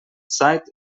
zeit